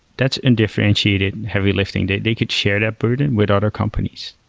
that's and differentiated heavy lifting. they they could share that burden with other companies.